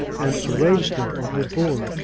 and arrange them on her board,